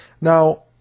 Now